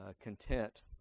content